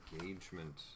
engagement